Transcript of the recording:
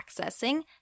accessing